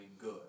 good